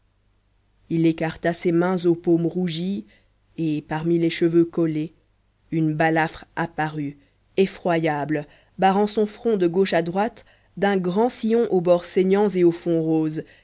il écarta ses mains aux paumes rougies et parmi les cheveux collés une balafre apparut effroyable barrant son front de gauche à droite d'un grand sillon aux bords saignants et au fond rosé